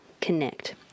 connect